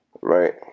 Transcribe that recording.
right